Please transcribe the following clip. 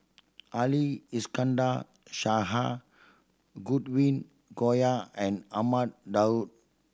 Ali Iskandar Shah Godwin Koay and Ahmad Daud